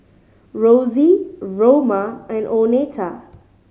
Rosy Roma and Oneta